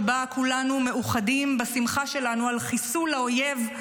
שבה כולנו מאוחדים בשמחה שלנו על חיסול האויב,